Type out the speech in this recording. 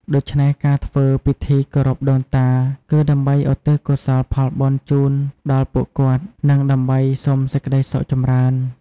ដូច្នេះ ការធ្វើពិធីគោរពដូនតា គឺដើម្បីឧទ្ទិសកុសលផលបុណ្យជូនដល់ពួកគាត់ និងដើម្បីសុំសេចក្ដីសុខចម្រើន។